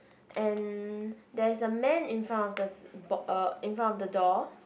and there is a man in front of the s~ bo~ uh in front of the door